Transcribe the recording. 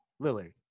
Lillard